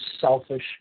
selfish